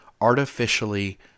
artificially